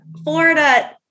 Florida